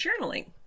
journaling